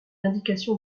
indication